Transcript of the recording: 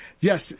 Yes